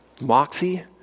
moxie